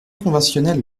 conventionnel